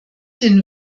den